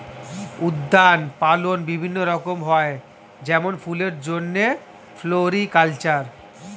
উদ্যান পালন বিভিন্ন রকম হয় যেমন ফুলের জন্যে ফ্লোরিকালচার